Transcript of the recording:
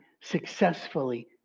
successfully